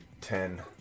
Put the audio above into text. ten